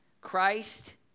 Christ